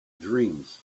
dreams